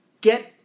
get